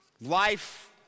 Life